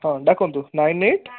ହଁ ଡାକନ୍ତୁ nine eight